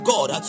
God